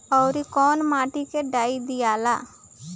औवरी कौन माटी मे डाई दियाला?